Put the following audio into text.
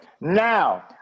Now